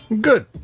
Good